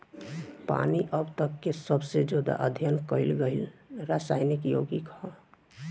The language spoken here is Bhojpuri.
पानी अब तक के सबसे ज्यादा अध्ययन कईल गईल रासायनिक योगिक ह